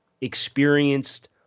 experienced